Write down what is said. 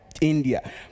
India